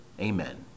Amen